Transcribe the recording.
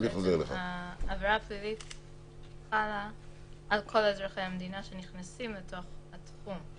שהעבירה הפלילית חלה על כל אזרחי המדינה שנכנסים לתוך התיקון,